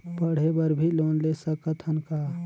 पढ़े बर भी लोन ले सकत हन का?